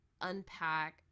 unpack